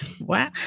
Wow